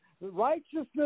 righteousness